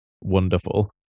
wonderful